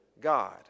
God